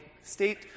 state